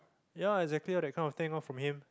ya lor exactly that kind of thing lor from him